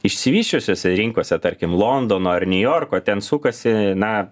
išsivysčiusiose rinkose tarkim londono ar niujorko ten sukasi na